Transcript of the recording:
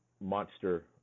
monster